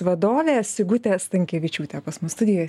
vadovė sigutė stankevičiūtė pas mus studijoje